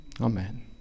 Amen